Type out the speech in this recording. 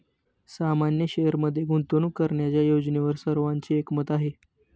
सामान्य शेअरमध्ये गुंतवणूक करण्याच्या योजनेवर सर्वांचे एकमत आहे